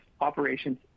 operations